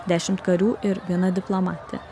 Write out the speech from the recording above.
dešimt karių ir viena diplomatė